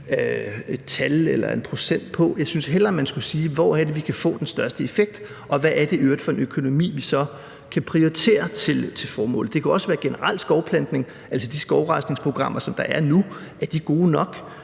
et tal eller en procent på. Jeg synes hellere, man skulle sige: Hvor er det, vi kan få den største effekt, og hvad er det i øvrigt for en økonomi, vi så kan prioritere til formålet? Det kunne også være generel skovplantning, for er de skovrejsningsprogrammer, som der er nu, gode nok?